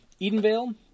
Edenvale